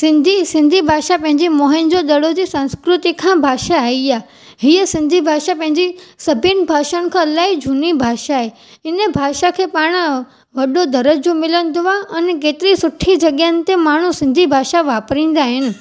सिंधी सिंधी भाषा पंहिंजी Mohenjodaro जी संस्कृति खां भाषा आई आहे हीअं सिंधी भाषा पंहिंजी सभिनि भाषाउनि खां अलाई झूनी भाषा आहे इन भाषा खे पाण वॾो दरिजो मिलंदो आहे अने केतिरी सुठी जॻहियुनि ते माण्हू सिंधी भाषा वापिराईंदा आहिनि